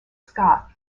scott